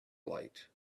light